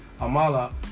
Amala